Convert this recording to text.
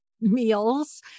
meals